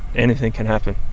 anything can happen.